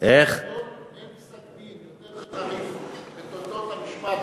אין פסק-דין יותר חריף בתולדות המשפט,